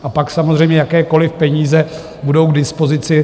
A pak samozřejmě jakékoliv peníze budou k dispozici.